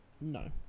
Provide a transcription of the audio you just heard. No